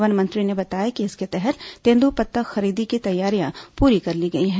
वनमंत्री ने बताया कि इसके तहत तेन्द्रपत्ता खरीदी की तैयारियां पूरी कर ली गई हैं